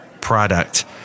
product